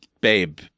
babe